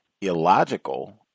illogical